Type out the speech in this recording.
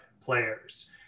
players